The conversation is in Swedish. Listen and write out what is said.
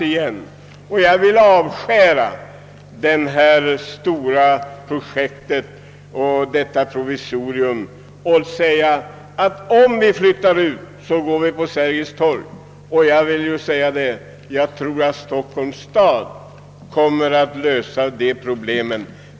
Jag anser därför att man skall skrinlägga detta projekt och detta provisorium. Om vi skall flytta ut så skall vi inrikta oss på Sergels torg, och jag tror att Stockholms stad då kommer att lösa problemen.